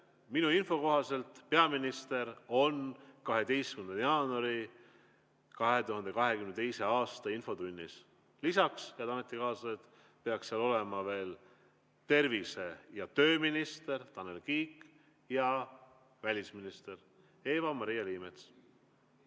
Minu info kohaselt on peaminister 12. jaanuaril 2022. aastal infotunnis. Lisaks, head ametikaaslased, peaks seal olema veel tervise- ja tööminister Tanel Kiik ning välisminister Eva-Maria